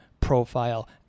profile